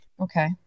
Okay